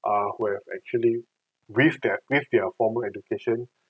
uh who have actually this that live their formal education